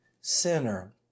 sinner